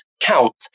count